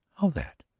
how that?